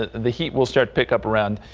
the the heat will start pick up around.